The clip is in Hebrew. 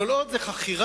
כל עוד זאת חכירה,